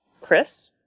Chris